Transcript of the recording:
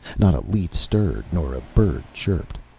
not a leaf stirred, nor a bird chirped.